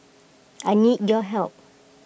I need your help